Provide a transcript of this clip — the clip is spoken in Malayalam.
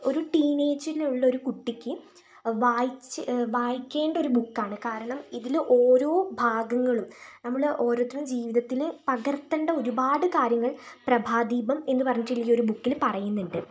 ഒരു ടീനേജിലുള്ളൊരു കുട്ടിക്ക് വായിച്ച് വായിക്കേണ്ടൊരു ബുക്കാണ് കാരണം ഇതിൽ ഓരോ ഭാഗങ്ങളും നമ്മൾ ഓരോരുത്തരും ജീവിതത്തിൽ പകർത്തേണ്ട ഒരുപാട് കാര്യങ്ങൾ പ്രഭാദീപം എന്ന് പറഞ്ഞിട്ടുള്ള ഈ ഒരു ബുക്കിൽ പറയുന്നുണ്ട്